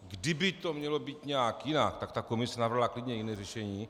Kdyby to mělo být nějak jinak, tak ta komise navrhla klidně jiné řešení.